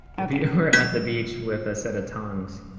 okay we're at the beach with a set of tongs.